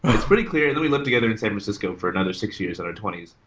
it's pretty clear then, we lived together in san francisco for another six years in our twenty s.